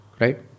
right